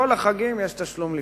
בכל החגים יש תשלום לפני.